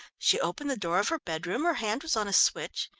she opened the door of her bedroom, her hand was on a switch,